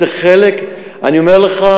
זה חלק, אני אומר לך,